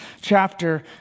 chapter